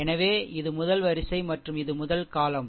எனவே இது முதல் வரிசை மற்றும் இது முதல் column